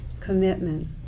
commitment